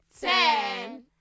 ten